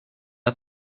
att